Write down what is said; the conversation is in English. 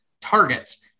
targets